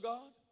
God